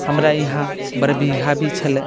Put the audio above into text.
हमरा यहाँ बरबीघा भी छलै